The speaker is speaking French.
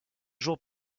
jours